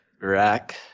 Rack